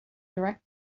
direct